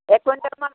এক কুইণ্টেলমান